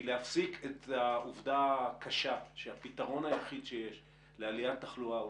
יש להפסיק את החשיבה שהפתרון היחיד שיש לעליית התחלואה הוא